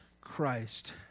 Christ